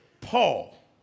Paul